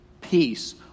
peace